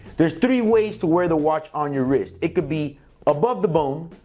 there's three ways to wear the watch on your wrist. it could be above the bone,